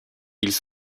ils